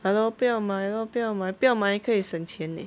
!hannor! 不要买 lor 不要买不要买可以省钱 leh